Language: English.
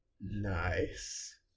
Nice